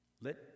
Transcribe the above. Let